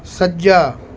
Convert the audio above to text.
ਸੱਜਾ